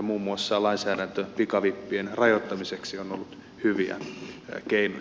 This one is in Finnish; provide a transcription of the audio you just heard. muun muassa lainsäädännössä pikavippien rajoittamiseksi on ollut hyviä keinoja